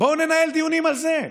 בואו ננהל דיונים על זה,